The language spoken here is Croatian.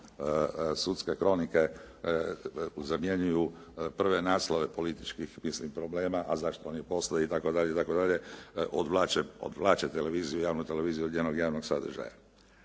sudske kronike zamjenjuju prve naslove političkih mislim problema, a zašto oni … /Govornik se ne razumije./ … i tako dalje i tako dalje, odvlače televiziju, javnu televiziju od njenog javnog sadržaja.